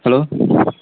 hello